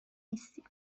نیستی